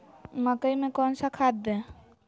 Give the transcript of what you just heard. मकई में कौन सा खाद दे?